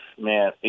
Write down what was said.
Man